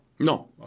No